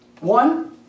One